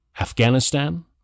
Afghanistan